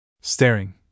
Staring